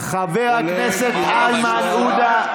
הכיבוש מסוכן, חבר הכנסת איימן עודה.